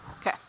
Okay